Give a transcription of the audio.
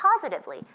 positively